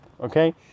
okay